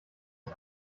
des